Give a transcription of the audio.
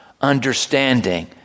understanding